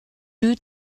due